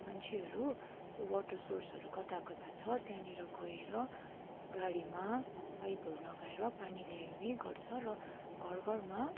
मान्छेहरू त्यो वाटर सोर्सहरू कता कता छ त्यहाँनिर गएर गाडीमा पाइपहरू लगाएर पानी ल्याइने गर्छ र घर घरमा